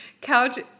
Couch